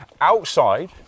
outside